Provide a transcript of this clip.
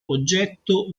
oggetto